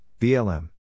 BLM